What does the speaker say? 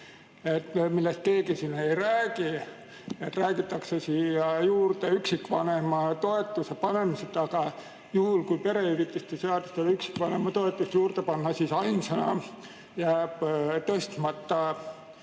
millest keegi siin ei räägi. Räägitakse siia juurde üksikvanema toetuse panemisest, aga juhul, kui perehüvitiste seadusele üksikvanema toetus juurde panna, siis ainsana jääb tõstmata